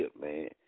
man